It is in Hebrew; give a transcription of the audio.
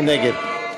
מי נגד?